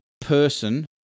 person